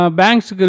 bank's